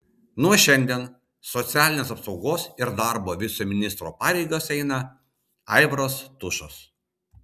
nuo šiandien socialinės apsaugos ir darbo viceministro pareigas eina aivaras tušas